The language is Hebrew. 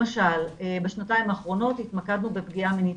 למשל בשנתיים האחרונות התמקדנו בפגיעה מינית